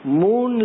Moon